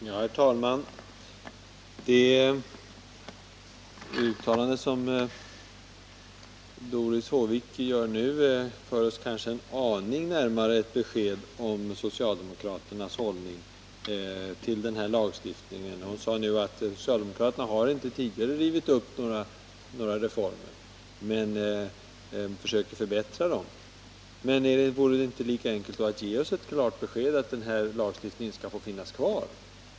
Herr talman! Det uttalande som Doris Håvik nu gjorde för oss kanske en aning närmare ett besked om socialdemokraternas hållning till den aktuella lagstiftningen. Hon sade att socialdemokraterna inte tidigare har rivit upp några reformer utan försökt att förbättra dem. Men vore det då inte lika enkelt att ge oss ett klart besked om att denna lagstiftning inte skall få finnas kvar?